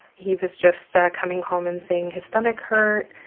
he was just coming home and saying his stomach hurt.